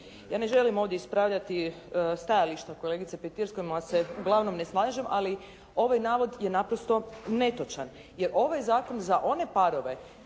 Ja ne želim ovdje raspravljati stajališta kolegice Petir s kojima se uglavnom ne slažem, ali ovaj navod je naprosto netočan jer ovo je zakon za one parove